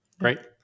right